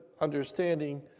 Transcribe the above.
understanding